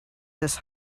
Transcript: this